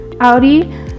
audi